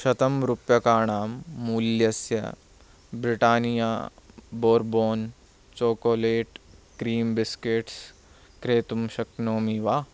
शतं रूप्यकाणां मूल्यस्य Britannia bourbon chocolate cream biscuits क्रेतुं शक्नोमि वा